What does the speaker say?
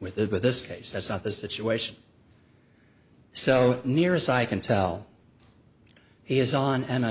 with it but this case that's not the situation so near as i can tell he is on